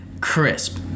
Crisp